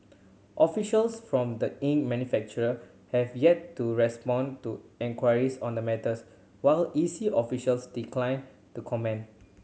officials from the ink manufacturer have yet to respond to enquiries on the matters while E C officials declined to comment